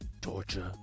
Torture